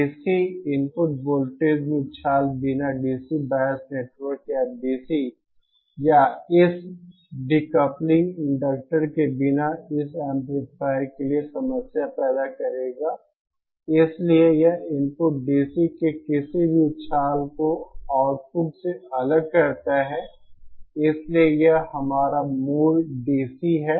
DC input voltage में उछाल बिना डीसी बायस नेटवर्क या इस डिकॉउप्लिंग इंडक्टर के बिना इस एम्पलीफायर के लिए समस्याएं पैदा करेगा इसलिए यह इनपुट DC के किसी भी उछाल को आउटपुट से अलग करता है इसलिए यह हमारा मूल DC है